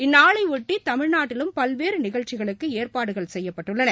இந்நாளையொட்டிதமிழ்நாட்டிலும் பல்வேறுநிகழ்ச்சிகளுக்குஏற்பாடுகள் செய்யப்பட்டுள்ளன